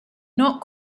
not